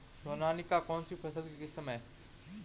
सोनालिका कौनसी फसल की किस्म है?